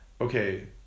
okay